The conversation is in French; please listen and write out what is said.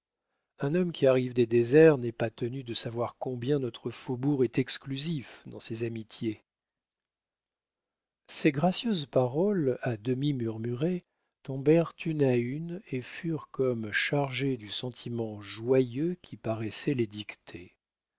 un homme qui arrive des déserts n'est pas tenu de savoir combien notre faubourg est exclusif dans ses amitiés ces gracieuses paroles à demi murmurées tombèrent une à une et furent comme chargées du sentiment joyeux qui paraissait les dicter